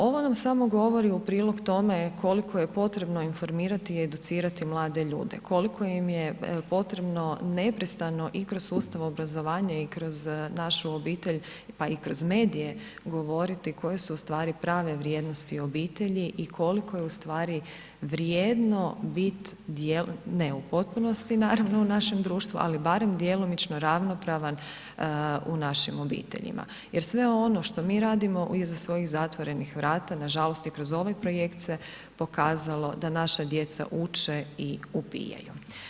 Ovo nam samo govori u prilog tome koliko je potrebno informirati i educirati mlade ljude, koliko im je potrebno neprestano i kroz sustav obrazovanja i kroz našu obitelj pa i kroz medije govoriti koje su ustvari prave vrijednosti obitelji i koliko je ustvari vrijedno bit djelom ne u potpunosti naravno u našem društvu ali barem djelomično ravnopravan u našim obiteljima jer sve ono što mi radimo iza svoji zatvorenih vrata, nažalost i kroz ovaj projekt se pokazalo da naša djeca uče i upijaju.